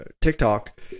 tiktok